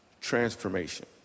transformation